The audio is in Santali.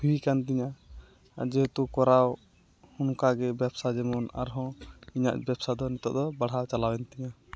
ᱦᱩᱭᱠᱟᱱ ᱛᱤᱧᱟᱹ ᱡᱮᱦᱮᱛᱩ ᱠᱚᱨᱟᱣ ᱚᱱᱠᱟᱜᱮ ᱵᱮᱵᱽᱥᱟ ᱡᱮᱢᱚᱱ ᱟᱨᱦᱚᱸ ᱤᱧᱟᱹᱜ ᱵᱮᱵᱽᱥᱟᱫᱚ ᱱᱤᱛᱚᱜᱫᱚ ᱵᱟᱲᱦᱟᱣ ᱪᱟᱞᱟᱣᱮᱱ ᱛᱤᱧᱟᱹ